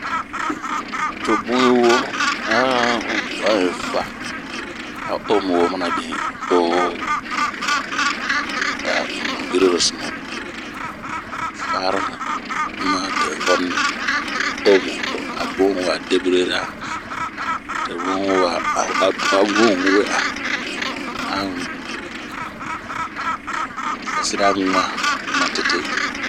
To bunh yi woo ,a kuran yi faa, a omu manabin, to a un liwirio sunu fari ma telefoni omu, abun wa deburu yera, to a bun unh we'a vɛsira n'ŋan.